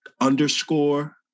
underscore